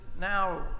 now